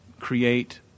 create